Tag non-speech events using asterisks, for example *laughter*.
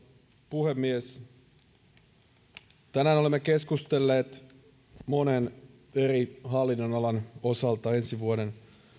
puhemies tänään olemme keskustelleet *unintelligible* monen eri hallinnonalan osalta ensi vuoden